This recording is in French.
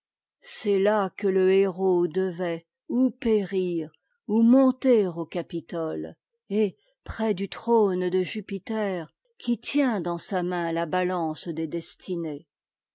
c'est là que te'héros devait ou périr ou mon ter au capitole et près du trône dé jupiter qui tient dans sa main la balance des destinées